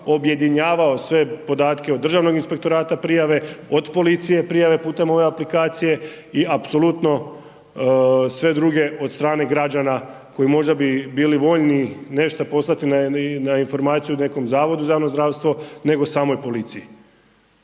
objedinjavao sve podatke od Državnog inspektorata prijave, od policije prijave putem ove aplikacije i apsolutno sve drugo od strane građana koji možda bi bili voljni nešto poslati na informaciju nekom Zavodu za javno zdravstvo nego samoj policiji.